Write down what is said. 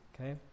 okay